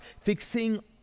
fixing